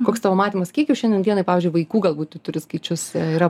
koks tavo matymas kiek jūs šiandien dienai pavyzdžiui vaikų galbūt tu turi skaičius yra